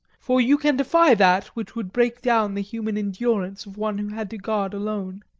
for you can defy that which would break down the human endurance of one who had to guard alone.